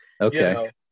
okay